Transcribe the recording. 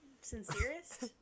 Sincerest